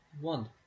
one